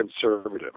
conservative